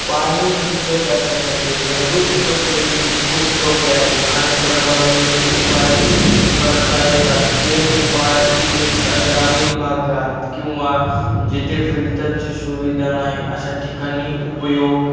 पाणी शुद्ध करण्यासाठी घरगुती पद्धतीत खूप सोप्या आहेत आणि प्रभावी उपाय करता येतात हे उपाय विशेषता ग्रामीण भागात किंवा जिथे फिल्टरची सुविधा नाही अशा ठिकाणी उपयोग